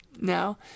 now